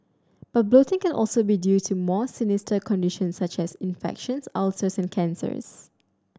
but bloating can also be due to more sinister conditions such as infections ulcers and cancers